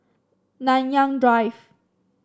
Nanyang Drive